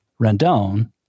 Rendon